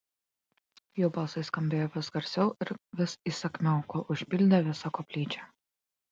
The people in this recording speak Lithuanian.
jų balsai skambėjo vis garsiau ir vis įsakmiau kol užpildė visą koplyčią